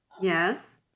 Yes